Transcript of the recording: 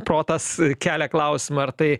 protas kelia klausimą ar tai